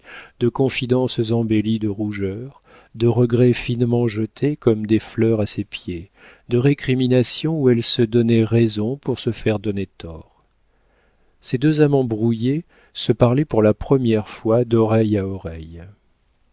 de confidences embellies de rougeurs de regrets finement jetés comme des fleurs à ses pieds de récriminations où elle se donnait raison pour se faire donner tort ces deux amants brouillés se parlaient pour la première fois d'oreille à